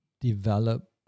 develop